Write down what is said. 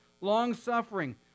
long-suffering